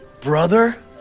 Brother